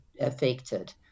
affected